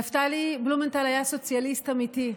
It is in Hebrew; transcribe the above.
נפתלי בלומנטל היה סוציאליסט אמיתי.